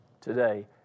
today